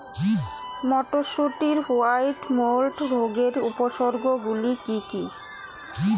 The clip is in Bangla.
মটরশুটির হোয়াইট মোল্ড রোগের উপসর্গগুলি কী কী?